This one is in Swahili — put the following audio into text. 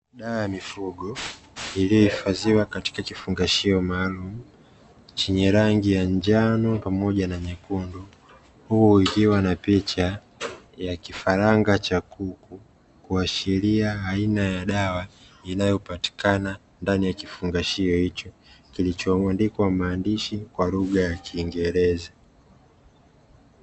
Dawa ya mifugo iliyohifadhiwa katika kifungashio maalumu chenye rangi ya njano pamoja na nyekundu, huku ikiwa na picha ya kifaranga cha kuku kuashiria aina ya dawa inayopatikana ndani ya kifungashio hicho, kilichoandikwa maandishi kwa lugha ya kiingereza.